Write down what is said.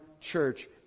church